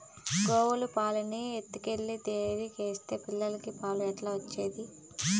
గోవుల పాలన్నీ ఎత్తుకెళ్లి డైరీకేస్తే పిల్లలకి పాలు ఎట్లా వచ్చేది